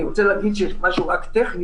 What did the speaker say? אני רוצה להגיד שיש פה משהו טכני.